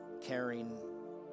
caring